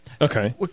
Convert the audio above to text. Okay